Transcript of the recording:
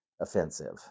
offensive